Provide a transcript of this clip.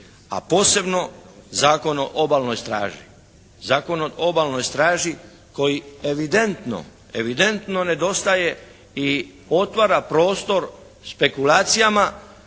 straži. Zakon o obalnoj straži koji evidentno, evidentno nedostaje i otvara prostor špekulacijama